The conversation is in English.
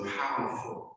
powerful